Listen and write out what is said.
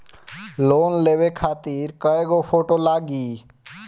Loan लेवे खातिर कै गो फोटो लागी?